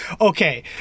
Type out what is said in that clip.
Okay